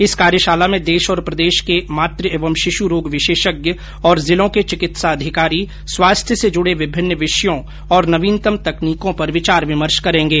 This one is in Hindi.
इस कार्यशाला में देश और प्रदेश के मात एवं शिश् रोग विशेषज्ञ और जिलों के चिकित्साधिकारी स्वास्थ्य से जुड़े विभिन्न विषयों और नवीनतम तकनीकों पर विचार विमर्श करेंगे